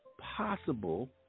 possible